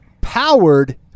powered